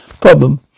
problem